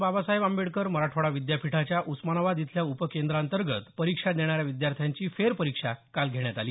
बाबासाहेब आंबेडकर मराठवाडा विद्यापीठाच्या उस्मानाबाद इथल्या उपकेंद्राअंतर्गत परिक्षा देणाऱ्या विद्यार्थ्यांची फेरपरीक्षा काल घेण्यात आली